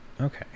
Okay